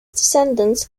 descendants